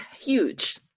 huge